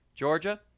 Georgia